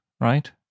right